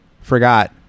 Forgot